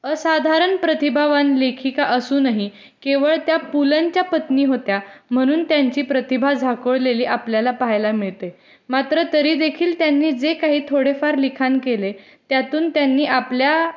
असाधारण प्रतिभावान लेखिका असूनही केवळ त्या पु लंच्या पत्नी होत्या म्हणून त्यांची प्रतिभा झाकोळलेली आपल्याला पाहायला मिळते मात्र तरी देखील त्यांनी जे काही थोडेफार लिखाण केले त्यातून त्यांनी आपल्या